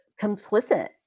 complicit